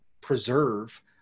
preserve